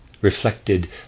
reflected